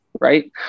right